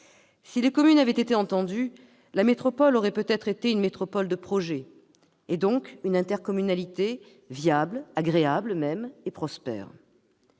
Si les communes avaient été entendues, la métropole aurait peut-être été une métropole de projets, et donc une intercommunalité viable, agréable même et prospère.